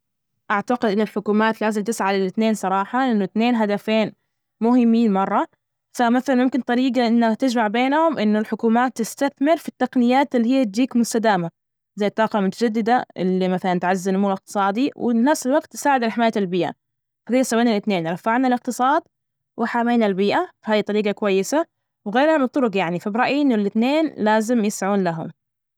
أعتقد أن الحكومات لازم تسعى للإثنين صراحة، لأنه إثنين هدفين مهمين مرة، فمثلا ممكن طريجة إنها تجمع بينهم إنه الحكومات تستثمر في التقنيات اللي هي تجيك مستدامة زي الطاقة المتجددة، اللي مثلا تعزز النمو الإقتصادي وفنفس الوجت تساعد على حماية البيئة، بهذي سوينا الإثنين رفعنا الإقتصاد، وحمينا البيئة ف هي الطريجة كويسة وغيرها من الطرج، يعني، فبرأيي إنه الإثنين لازم يسعون لهم.